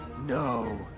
No